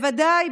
בוודאי,